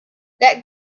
that